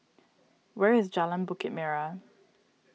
where is Jalan Bukit Merah